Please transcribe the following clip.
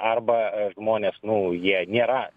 arba žmonės nu jie nėra